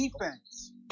defense